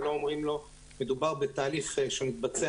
מדובר בתהליך שמתבצע,